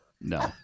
No